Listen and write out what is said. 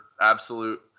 absolute